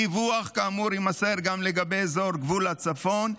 דיווח כאמור יימסר גם לגבי אזור גבול הצפון,